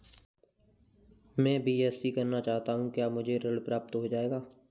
मैं बीएससी करना चाहता हूँ क्या मुझे ऋण प्राप्त हो जाएगा?